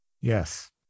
Yes